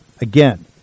Again